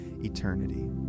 eternity